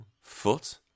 Foot